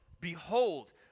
Behold